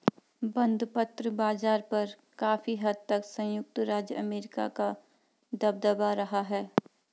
बंधपत्र बाज़ार पर काफी हद तक संयुक्त राज्य अमेरिका का दबदबा रहा है